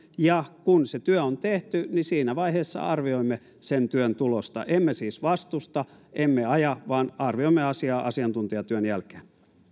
ja kun se työ on tehty niin siinä vaiheessa arvioimme sen työn tulosta emme siis vastusta emme aja vaan arvioimme asiaa asiantuntijatyön jälkeen